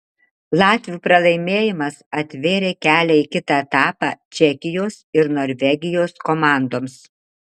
latvių pralaimėjimas atvėrė kelią į kitą etapą čekijos ir norvegijos komandoms